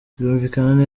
byumvikane